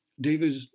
David